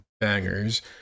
bangers